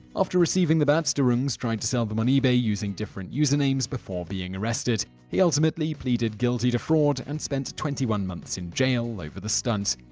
after receiving the bats, derungs tried to sell them on ebay using different usernames before being arrested. he ultimately pleaded guilty to fraud and spent twenty one months in jail over the stunt.